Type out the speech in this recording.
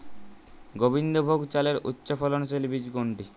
গোবিন্দভোগ চালের উচ্চফলনশীল বীজ কোনটি?